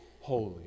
holy